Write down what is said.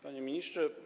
Panie Ministrze!